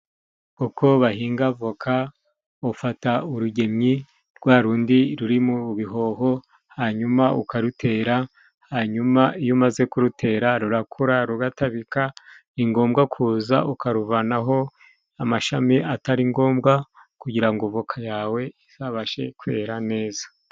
Uko bahinga voka, ufata urugemye rwa rundi ruri mu bihoho, hanyuma ukarutera, hanyuma iyo umaze kurutera rurakura, rugatabika, ni ngombwa kuza ukaruvanaho amashami atari ngombwa, kugira ngo voka yawe izabashe kwera neza.